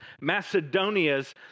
Macedonia's